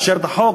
לאישור החוק,